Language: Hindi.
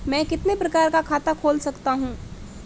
मैं कितने प्रकार का खाता खोल सकता हूँ?